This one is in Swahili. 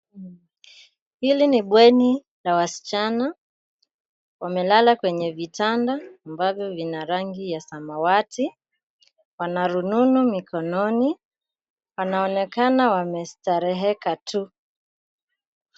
Hili ni bweni, la wasichana. Wamelala kwenye vitanda, ambavyo vina rangi ya samawati, wana rununu mikononi, wanaonekana wamestahereka tu!